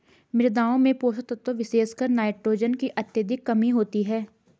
मृदाओं में पोषक तत्वों विशेषकर नाइट्रोजन की अत्यधिक कमी होती है